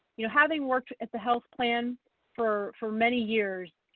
you know, having worked at the health plan for for many years,